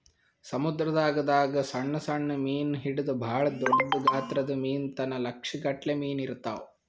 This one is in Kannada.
ಸಮುದ್ರದಾಗ್ ದಾಗ್ ಸಣ್ಣ್ ಸಣ್ಣ್ ಮೀನ್ ಹಿಡದು ಭಾಳ್ ದೊಡ್ಡ್ ಗಾತ್ರದ್ ಮೀನ್ ತನ ಲಕ್ಷ್ ಗಟ್ಲೆ ಮೀನಾ ಇರ್ತವ್